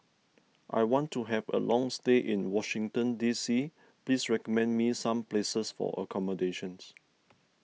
I want to have a long stay in Washington D C please recommend me some places for accommodation